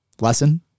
Lesson